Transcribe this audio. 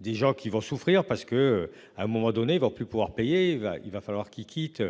Des gens qui vont souffrir parce que à un moment donné, voire plus pouvoir payer il va il va falloir qu'il quitte.